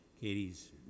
Katie's